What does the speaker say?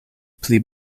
pli